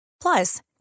Plus